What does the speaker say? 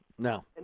No